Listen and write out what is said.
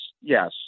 Yes